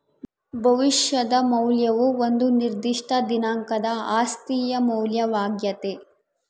ಭವಿಷ್ಯದ ಮೌಲ್ಯವು ಒಂದು ನಿರ್ದಿಷ್ಟ ದಿನಾಂಕದ ಆಸ್ತಿಯ ಮೌಲ್ಯವಾಗ್ಯತೆ